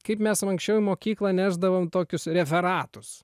kaip mes va anksčiau į mokyklą nešdavom tokius referatus